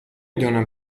دانم